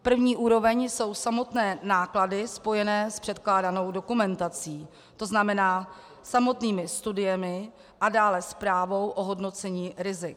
První úroveň jsou samotné náklady spojené s předkládanou dokumentací, to znamená samotnými studiemi a dále zprávou o hodnocení rizik.